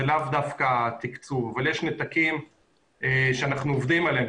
זה לאו דווקא התקצוב אבל יש נתקים שאנחנו עובדים עליהם.